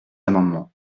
amendements